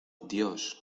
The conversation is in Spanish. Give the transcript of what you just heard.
dios